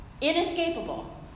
Inescapable